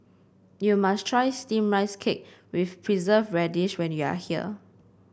you must try steamed Rice Cake with Preserved Radish when you are here